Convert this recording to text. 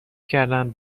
کردند